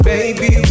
Baby